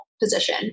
position